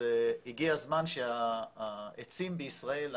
הגיע הזמן שהעצים בישראל,